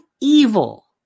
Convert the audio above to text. evil